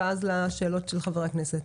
ואז לשאלות של חברי הכנסת,